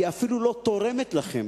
היא אפילו לא תורמת לכם